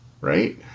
right